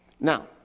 Now